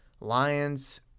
Lions